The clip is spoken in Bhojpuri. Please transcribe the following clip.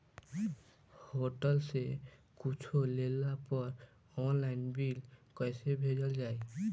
होटल से कुच्छो लेला पर आनलाइन बिल कैसे भेजल जाइ?